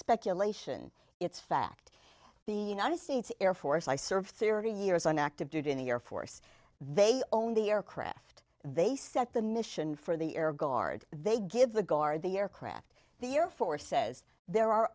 speculation it's fact the united states air force i served thirty years on active duty in the air force they own the aircraft they set the mission for the air guard they give the guard the aircraft the air force says there are